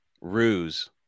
ruse